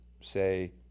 say